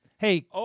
Hey